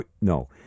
No